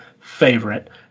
favorite